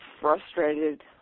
frustrated